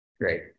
Great